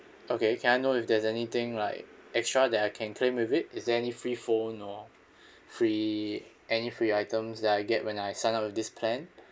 okay can I know if there's anything like extra that I can claim with it is there any free phone or free any free items that I get when I sign up with this plan